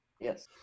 yes